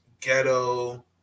ghetto